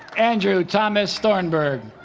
andrew thomas thornburg